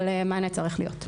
אבל מענה צריך להיות.